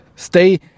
stay